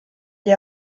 gli